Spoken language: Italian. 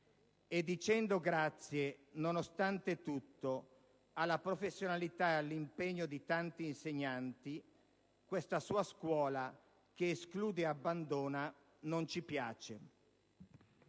E dicendo grazie, nonostante tutto, alla professionalità e all'impegno di tanti insegnanti, questa sua scuola che esclude e abbandona non ci piace.